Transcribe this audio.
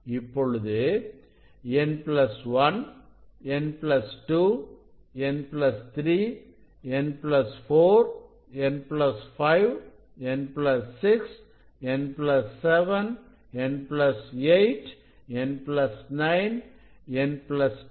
இப்பொழுது n plus one n plus two n plus three n plus four n plus five n plus six n plus seven n plus eight n plus nine n plus 10